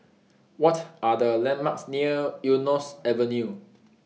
What Are The landmarks near Eunos Avenue